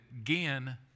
again